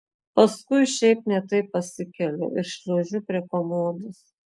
paskui šiaip ne taip pasikeliu ir šliaužiu prie komodos